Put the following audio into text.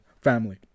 family